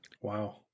Wow